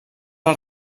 els